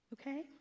Okay